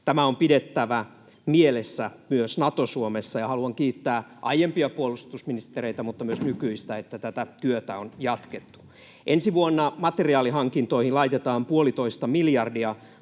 Tämä on pidettävä mielessä myös Nato-Suomessa. Haluan kiittää aiempia puolustusministereitä, mutta myös nykyistä, että tätä työtä on jatkettu. Ensi vuonna materiaalihankintoihin laitetaan puolitoista miljardia.